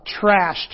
trashed